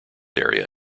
area